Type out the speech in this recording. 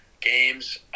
games